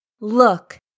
look